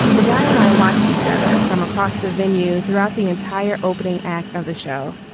the guy and i watched each other from across the venue throughout the entire opening act of the show.